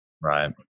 Right